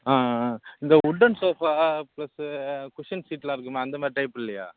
ஆ ஆ இந்த wooden sofa plus cushion சீட்டெலாம் இருக்குமே அந்த மாதிரி டைப் இல்லையா